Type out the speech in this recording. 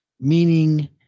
Meaning